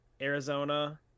Arizona